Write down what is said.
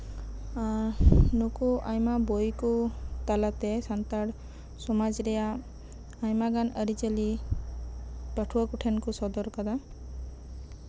ᱱᱩᱠᱩ ᱟᱭᱢᱟ ᱵᱳᱭ ᱠᱚ ᱛᱟᱞᱟᱛᱮ ᱥᱟᱱᱛᱟᱲ ᱥᱚᱢᱟᱡᱽ ᱨᱮᱭᱟᱜ ᱟᱭᱢᱟᱜᱟᱱ ᱟᱹᱨᱤᱪᱟᱹᱞᱤ ᱯᱟᱴᱷᱩᱣᱟᱹ ᱠᱚᱴᱷᱮᱱ ᱠᱚ ᱥᱚᱫᱚᱨ ᱟᱠᱟᱫᱟ